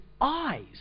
eyes